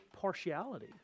partiality